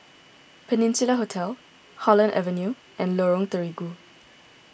Peninsula Hotel Holland Avenue and Lorong Terigu